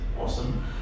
awesome